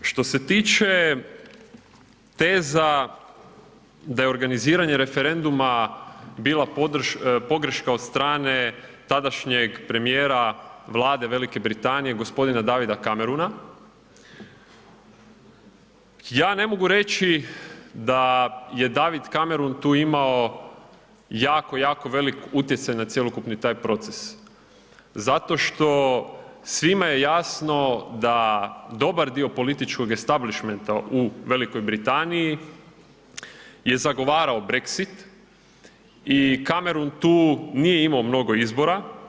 Što se tiče teza da je organiziranje referenduma bila pogreška od strane tadašnjeg premijera vlade Velike Britanije gospodina Davida Camerona, ja ne mogu reći da je David Cameron tu imao jako, jako velik utjecaj na cjelokupni taj proces, zato što je svima jasno da dobar dio političkog establishmenta u Velikoj Britaniji je zagovarao Brexit i Cameron tu nije imao mnogo izbora.